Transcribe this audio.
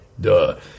Duh